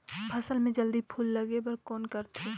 फसल मे जल्दी फूल लगे बर कौन करथे?